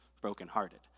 brokenhearted